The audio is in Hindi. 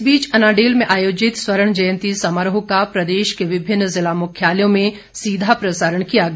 इस बीच अनाडेल में आयोजित स्वर्ण जयंती समारोह का प्रदेश के विभिन्न जिला मुख्यालयों में सीधा प्रसारण किया गया